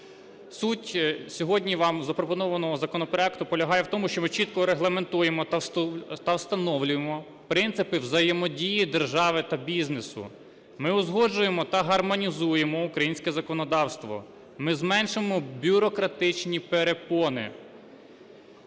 Суть сьогодні вам запропонованого законопроекту полягає в тому, що ми чітко регламентуємо та встановлюємо принципи взаємодії держави та бізнесу, ми узгоджуємо та гармонізуємо українське законодавство, ми зменшуємо бюрократичні перепони.